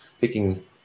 picking